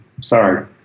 sorry